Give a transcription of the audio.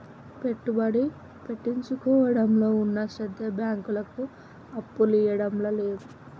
పెట్టుబడి పెట్టించుకోవడంలో ఉన్న శ్రద్ద బాంకులకు అప్పులియ్యడంల లేదు